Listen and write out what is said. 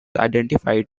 identified